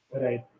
Right